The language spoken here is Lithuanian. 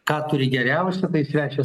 ką turi geriausio tai svečias